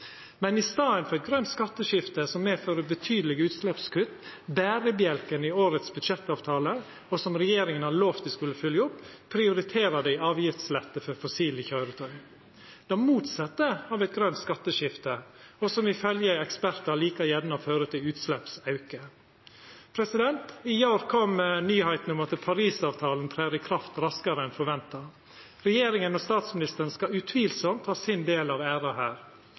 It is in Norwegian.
Men i staden for eit grønt skatteskifte som medfører betydelege utsleppskutt, berebjelken i årets budsjettavtale, og som regjeringa har lovt at dei skulle fylgja opp, prioriterer dei avgiftslette for fossile køyretøy – det motsette av eit grønt skatteskifte, og som ifølgje ekspertar like gjerne fører til utsleppsauke. I går kom nyheita om at Paris-avtalen trer i kraft raskare enn forventa. Regjeringa og statsministeren skal utvilsamt ha sin del av æra her.